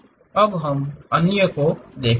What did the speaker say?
अब हम अन्य को देखते हैं